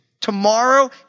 Tomorrow